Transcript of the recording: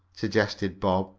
suggested bob.